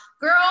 girl